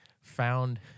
Found